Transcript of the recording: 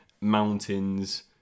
mountains